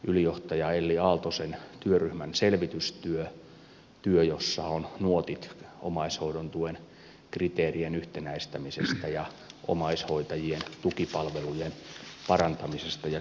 ylijohtaja elli aaltosen työryhmän selvitystyö työ jossa on nuotit omaishoidon tuen kriteerien yhtenäistämisestä ja omaishoitajien tukipalvelujen parantamisesta ja kehittämisestä